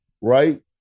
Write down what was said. right